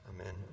Amen